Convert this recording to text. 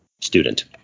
student